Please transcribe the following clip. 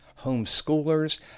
homeschoolers